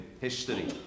history